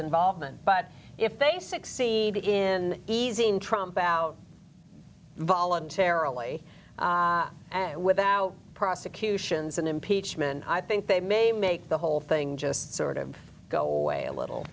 involvement but if they succeed in easing trump out voluntarily and without prosecutions and impeachment i think they may make the whole thing just sort of go away a little